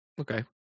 Okay